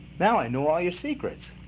now i now all your secrets.